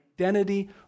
identity